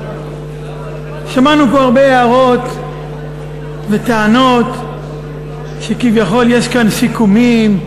שמענו פה הרבה הערות וטענות שכביכול יש כאן סיכומים,